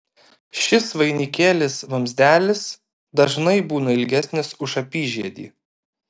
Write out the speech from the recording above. šis vainikėlis vamzdelis dažnai būna ilgesnis už apyžiedį